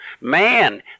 Man